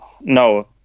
No